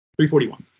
341